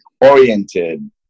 oriented